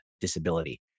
disability